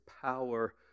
power